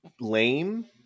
lame